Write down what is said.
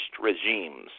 regimes